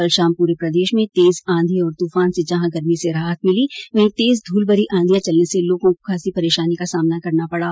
कल शाम पूरे प्रदेश में तेज आंधी और तूफान से जहां गर्मी से राहत मिली वहीं तेज धूलभरी आंधियां चलने से लोगों को खासी परेशानी का सामना करना पडा